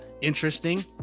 interesting